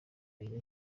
yine